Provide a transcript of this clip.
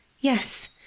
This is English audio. Yes